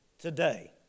today